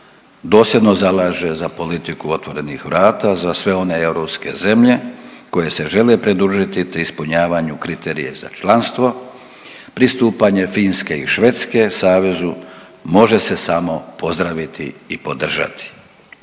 dosljedno zalaže za politiku otvorenih vrata za sve one europske zemlje koje se žele pridružiti te ispunjavaju kriterije za članstvo pristupanje Finske i Švedske savezu može se samo pozdraviti i podržati.